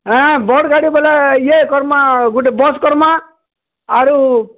ଆଁ ବଡ଼୍ ଗାଡ଼ି ବୋଇଲେ ୟେ କର୍ମାଁ ଗୁଟେ ବସ୍ କର୍ମାଁ ଆରୁ